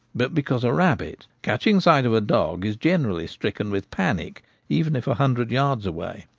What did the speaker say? but because a rabbit, catching sight of a dog, is gene rally stricken with panic even if a hundred yards away,